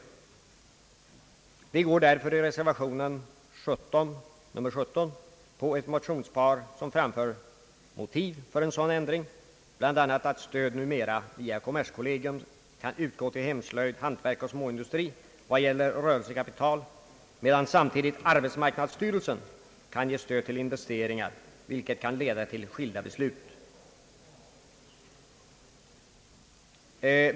Vi tillstyrker därför i reservation nr 17 det motionspar som framför motiv för en sådan ändring. Bland annat åberopas att stöd numera via kommerskollegium kan utgå till hemslöjd, hantverk och småindustri när det gäller rörelsekapital, medan samtidigt arbetsmarknadsstyrelsen kan ge stöd åt investeringar, vilket kan leda till skilda beslut.